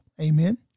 Amen